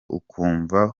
ukumva